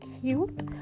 cute